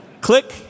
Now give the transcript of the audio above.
click